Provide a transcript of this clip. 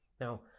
Now